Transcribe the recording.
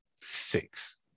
six